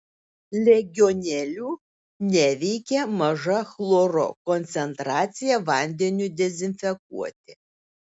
legionelių neveikia maža chloro koncentracija vandeniui dezinfekuoti